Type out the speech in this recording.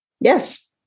Yes